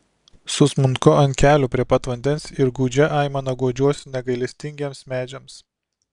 susmunku ant kelių prie pat vandens ir gūdžia aimana guodžiuosi negailestingiems medžiams